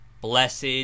Blessed